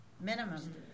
minimum